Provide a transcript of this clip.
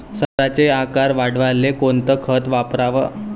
संत्र्याचा आकार वाढवाले कोणतं खत वापराव?